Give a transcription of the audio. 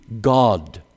God